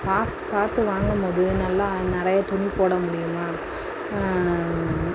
பார்த்து வாங்கும் போது நல்ல நிறையா துணி போட முடியுமா